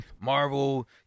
Marvel